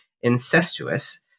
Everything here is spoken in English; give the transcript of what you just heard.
incestuous